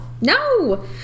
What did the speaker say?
No